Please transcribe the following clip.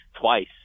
twice